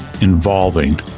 involving